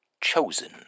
chosen